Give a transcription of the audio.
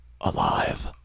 alive